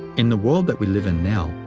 in the world that we live in now,